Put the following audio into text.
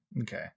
okay